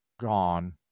gone